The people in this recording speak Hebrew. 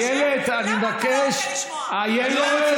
למה אתה לא רוצה לשמוע, כי זה שונה ממה שאתה חושב?